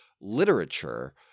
literature